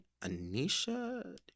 Anisha